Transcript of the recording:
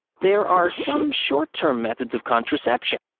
there are some short term methods of contraception.